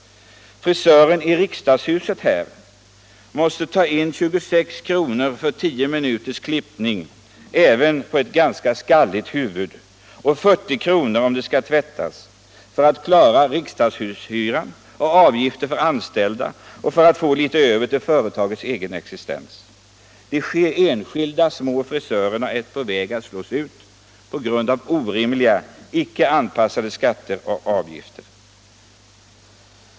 Frisören i riksdagshuset måste få in 26 kr. för tio minuters klippning — även av ett ganska skalligt huvud — och 40 kr. om det skall tvättas, för att han skall klara riksdagshushyran och avgifter för de anställda och för att han skall få litet över till sin egen existens. De enskilda små frisörerna är på väg att slås ut på grund av orimliga, icke anpassade skatter och avgifter.